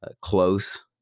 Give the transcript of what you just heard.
close